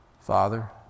Father